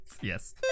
Yes